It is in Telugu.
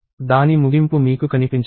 దాని ముగింపు మీకు కనిపించదు